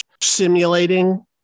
simulating